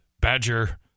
Badger